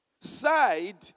side